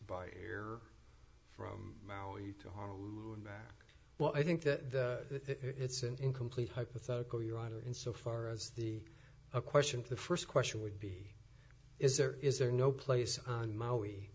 here from maui to honolulu and back well i think that it's an incomplete hypothetical your honor in so far as the a question to the first question would be is there is there no place on maui